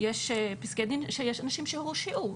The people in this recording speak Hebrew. יש פסקי דין של אנשים שהורשעו.